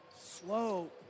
Slow